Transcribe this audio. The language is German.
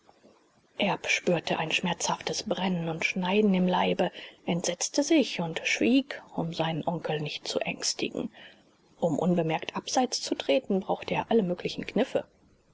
erb spürte ein schmerzhaftes brennen und schneiden im leibe entsetzte sich und schwieg um seinen onkel nicht zu ängstigen um unbemerkt abseits zu treten brauchte er alle möglichen kniffe